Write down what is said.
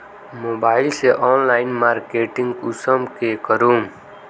Mobile से online marketing कुंसम के करूम?